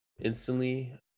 instantly